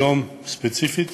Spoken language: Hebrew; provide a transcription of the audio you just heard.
היום ספציפית